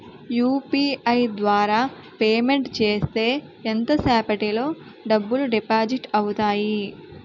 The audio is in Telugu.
యు.పి.ఐ ద్వారా పేమెంట్ చేస్తే ఎంత సేపటిలో డబ్బులు డిపాజిట్ అవుతాయి?